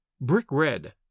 brick-red